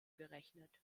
gerechnet